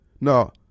No